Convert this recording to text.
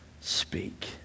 speak